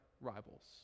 rivals